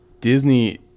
Disney